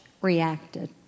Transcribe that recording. reacted